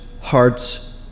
hearts